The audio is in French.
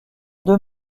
deux